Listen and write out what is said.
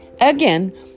again